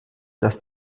das